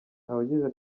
abagize